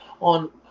on